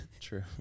True